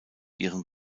ihren